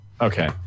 Okay